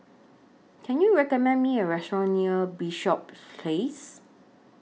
Can YOU recommend Me A Restaurant near Bishops Place